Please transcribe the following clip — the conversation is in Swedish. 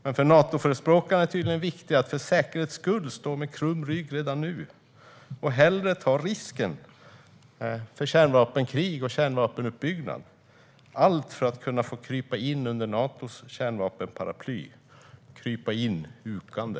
Men för en Natoförespråkare är det tydligen viktigare att för säkerhets skull stå med krum rygg redan nu och hellre ta risken för kärnvapenkrig och kärnvapenuppbyggnad, allt för att kunna få krypa in under Natos kärnvapenparaply - krypa in hukande.